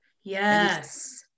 Yes